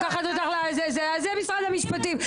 זה משרד המשפטים,